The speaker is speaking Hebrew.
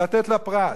לתת לה פרס.